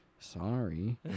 sorry